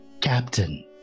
captain